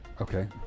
Okay